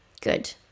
good